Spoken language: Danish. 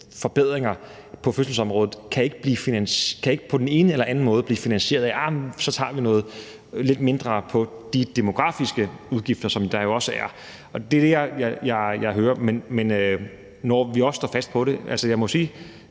forbedringer på fødselsområdet, ikke på den ene eller anden måde kan blive finansieret af, at vi giver lidt mindre til de demografiske udgifter, som der jo også er. Det er det, jeg hører. Men altså, vi står fast på det, og jeg må sige,